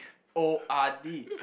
O_R_D